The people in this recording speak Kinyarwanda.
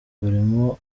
barimo